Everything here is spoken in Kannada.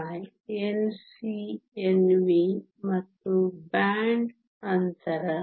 85 Nc Nv ಮತ್ತು ಬ್ಯಾಂಡ್ ಅಂತರ 1